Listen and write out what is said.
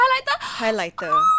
highlighter